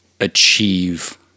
achieve